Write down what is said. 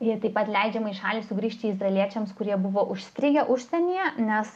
jau taip pat leidžiama į šalį sugrįžti izraeliečiams kurie buvo užstrigę užsienyje nes